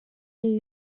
island